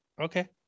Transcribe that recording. okay